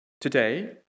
Today